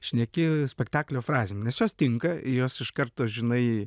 šneki spektaklio frazėm jos tinka jos iš karto žinai